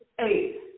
eight